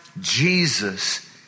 Jesus